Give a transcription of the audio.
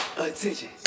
Attention